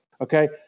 okay